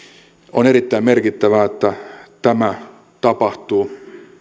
on erittäin merkittävää että tämä tapahtuu